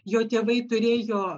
jo tėvai turėjo